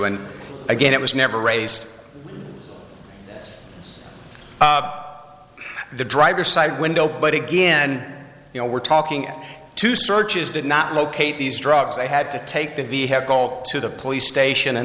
and again it was never raced the driver side window but again you know we're talking at two searches did not locate these drugs they had to take the vehicle to the police station and